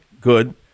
Good